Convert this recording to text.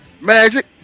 Magic